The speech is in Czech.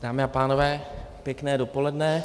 Dámy a pánové, pěkné dopoledne.